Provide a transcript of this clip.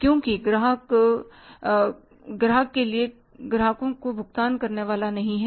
क्योंकि ग्राहक ग्राहक के लिए ग्राहकों को भुगतान करने वाला नहीं है